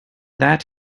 that